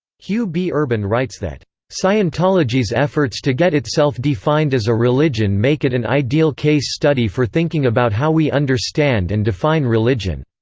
hugh b. urban writes that scientology's efforts to get itself defined as a religion make it an ideal case study for thinking about how we understand and define religion.